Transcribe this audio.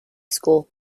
school